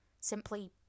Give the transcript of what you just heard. Simply